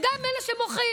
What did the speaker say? גם של אלה שמוחים.